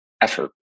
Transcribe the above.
effort